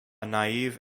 naive